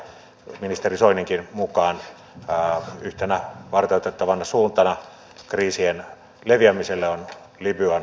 ministeri soininkin mukaan yhtenä varteenotettavana suuntana kriisien leviämiselle on libyan alue